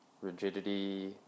rigidity